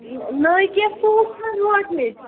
نہ نٔے کیٚنٛہہ سوٗٹ چھِ حظ وٲتۍمٕتۍ